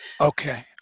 okay